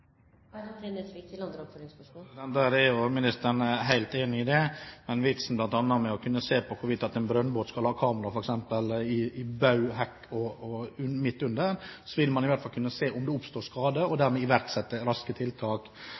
Der er jeg og ministeren helt enige. Men vitsen med å se på om en brønnbåt skal ha kamera i baug, hekk eller midt under, er at man i hvert fall vil kunne se om det oppstår skade, og at man dermed vil kunne iverksette raske tiltak.